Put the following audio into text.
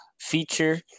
feature